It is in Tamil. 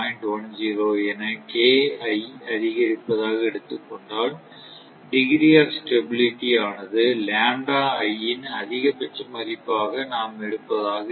10 என அதிகரிப்பதாக எடுத்துக் கொண்டால் டிகிரி ஆப் ஸ்டெபிளிட்டி ஆனது ன் அதிகபட்ச மதிப்பாக நாம் எடுப்பதாக இருக்கும்